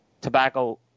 tobacco